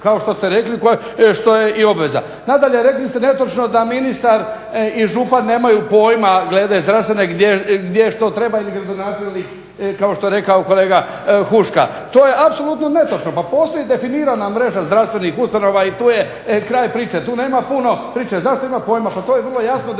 kao što ste rekli što je i obveza. Nadalje rekli ste netočno da ministar i župan nemaju pojma glede zdravstvene gdje što treba kao što je rekao kolega Huška. Pa to je apsolutno netočno, postoji definirana mreža zdravstvenih ustanova i tu je kraj priče. Tu nema puno priče, to je vrlo jasno definirano